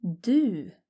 Du